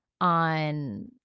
on –